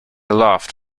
laughed